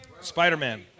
Spider-Man